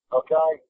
okay